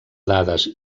dades